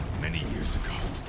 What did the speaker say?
many years ago.